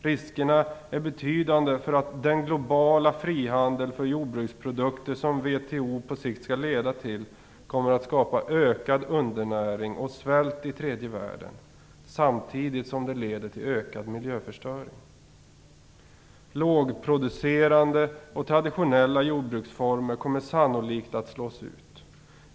Riskerna är betydande för att den globala frihandel för jordbruksprodukter som WTO på sikt skall leda till kommer att skapa ökad undernäring och svält i tredje världen, samtidigt som det leder till ökad miljöförstöring. Lågproducerande och traditionella jordbruksformer kommer sannolikt att slås ut.